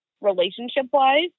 relationship-wise